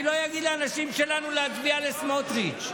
אני לא אגיד לאנשים שלנו להצביע לסמוטריץ'